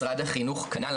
משרד החינוך כנ"ל,